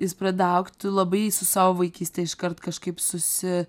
jis pradeda augt tu labai su savo vaikyste iškart kažkaip susi